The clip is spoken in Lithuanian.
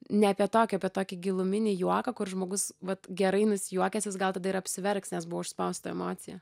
ne apie tokį o apie tokį giluminį juoką kur žmogus vat gerai nusijuokęs jis gal tada ir apsiverks nes buvo užspausta emocija